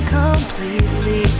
completely